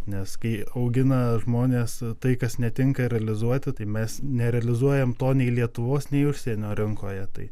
nes kai augina žmones tai kas netinka realizuoti tai mes nerealizuojam to nei lietuvos nei užsienio rinkoje tai